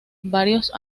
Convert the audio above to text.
varios